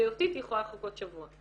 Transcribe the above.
בריאותית היא יכולה לחכות שבוע,